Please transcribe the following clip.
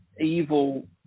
evil